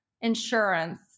insurance